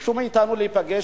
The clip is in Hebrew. ביקשו מאתנו להיפגש,